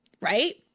right